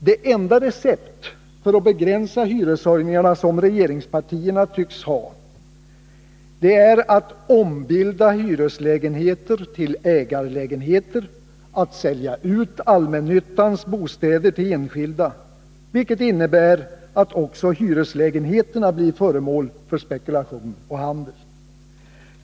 Det enda recept för att begränsa hyreshöjningarna som regeringspartierna har tycks vara att ombilda hyreslägenheter till ägarlägenheter, att sälja ut allmännyttans bostäder till enskilda, vilket innebär att också hyreslägenheterna blir föremål för spekulation och handel.